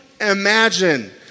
imagine